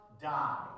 die